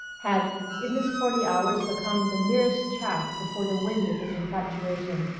had in this forty hours become the merest chaff before the wind of his infatuation.